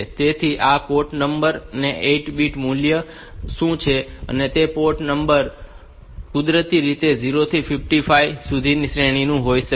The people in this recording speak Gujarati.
તેથી આ પોર્ટ નંબર એ 8 બીટ વેલ્યુ નું છે અને તે પોર્ટ નંબર કુદરતી રીતે 0 થી 255 સુધીની શ્રેણીનું હોઈ શકે છે